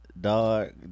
dog